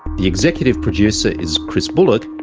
the executive producer is chris bullock,